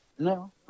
No